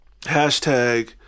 hashtag